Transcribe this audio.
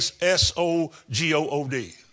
S-O-G-O-O-D